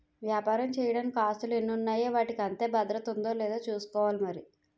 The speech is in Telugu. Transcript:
వ్యాపారం చెయ్యడానికి ఆస్తులు ఎన్ని ఉన్నాయో వాటికి అంతే భద్రత ఉందో లేదో చూసుకోవాలి మరి